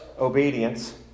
obedience